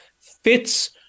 fits